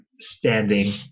standing